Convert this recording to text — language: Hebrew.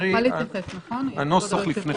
הוכנסו לבידוד מיותר,